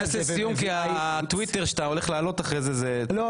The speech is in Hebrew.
לסיום כי הטוויטר שאתה הולך להעלות אחר כך --- לא.